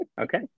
Okay